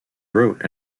wrote